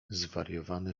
zwariowany